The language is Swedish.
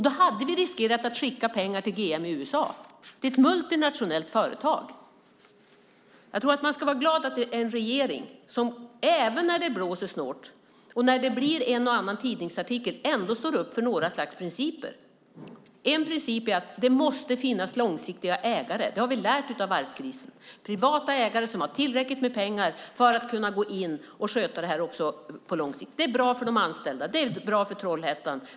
Då hade vi riskerat att skicka pengar till GM i USA, till ett multinationellt företag. Jag tror att man ska vara glad att det är en regering som även när det blåser snålt och när det blir en och annan tidningsartikel ändå står upp för några slags principer. En princip är att det måste finnas långsiktiga ägare - det har vi lärt av varvskrisen - privata ägare som har tillräckligt med pengar för att kunna gå in och sköta det här också på lång sikt. Det är bra för de anställda. Det är bra för Trollhättan.